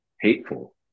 hateful